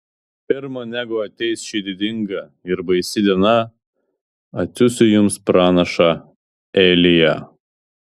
pirma negu ateis ši didinga ir baisi diena atsiųsiu jums pranašą eliją